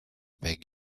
beg